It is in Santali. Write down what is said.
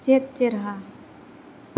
ᱪᱮᱫ ᱪᱮᱨᱦᱟ